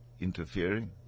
interfering